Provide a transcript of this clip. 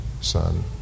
son